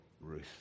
Ruth